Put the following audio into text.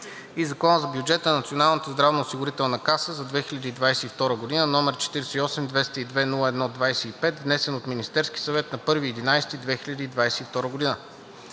и Закона за бюджета на Националната здравноосигурителна каса за 2022 г., № 48-202-01-25, внесен от Министерския съвет на 1 ноември